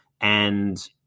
and-